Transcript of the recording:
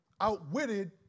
outwitted